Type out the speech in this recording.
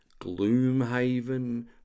Gloomhaven